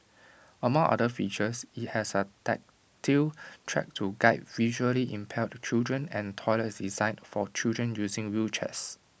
among other features IT has A tactile track to guide visually impaired children and toilets designed for children using wheelchairs